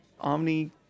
omni